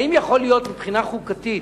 האם יכול להיות מבחינה חוקתית,